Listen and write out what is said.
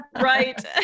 Right